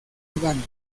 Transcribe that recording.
uganda